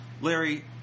Larry